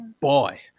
boy